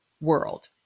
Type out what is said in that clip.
world